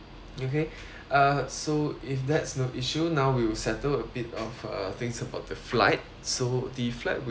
okay uh so if that's no issue now we will settle a bit of uh things about the flight so the flight will